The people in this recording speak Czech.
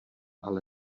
ale